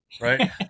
right